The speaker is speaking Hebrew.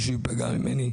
אבל אני מחכה עם זה כבר שלוש